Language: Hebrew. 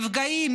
נפגעים,